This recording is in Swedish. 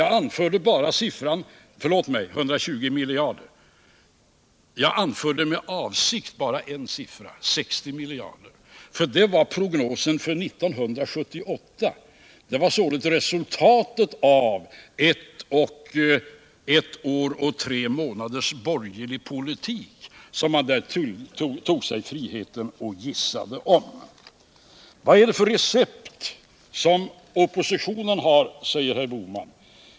Jag anförde med avsikt bara ett belopp nämligen 60 miljarder, för det var prognosen för 1978. Där bakom låg resultatet av ett års och tre månaders borgerlig politik som man tog sig friheten att gissa om, och dra slutsatsen för framtiden. Vilket recept har oppositionen? frågar herr Bohman.